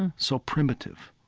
and so primitive?